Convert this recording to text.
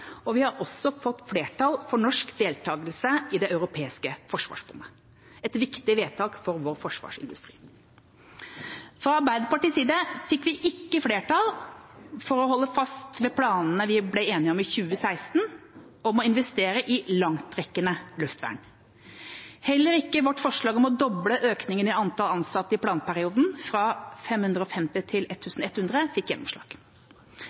og vi har også fått flertall for norsk deltakelse i det europeiske forsvarsfondet – et viktig vedtak for vår forsvarsindustri. Fra Arbeiderpartiets side fikk vi ikke flertall for å holde fast ved planene vi ble enige om i 2016 om å investere i langtrekkende luftvern. Heller ikke vårt forslag om å doble økningen av antall ansatte i planperioden fra 550 til 1 100 fikk gjennomslag.